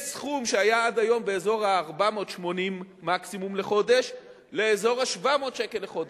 מסכום שהיה עד היום באזור ה-480 מקסימום לחודש לאזור ה-700 שקל לחודש.